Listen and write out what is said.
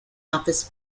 office